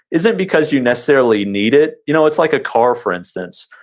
is it because you necessarily need it? you know it's like a car, for instance.